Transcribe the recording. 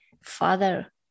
father